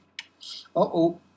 Uh-oh